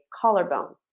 collarbone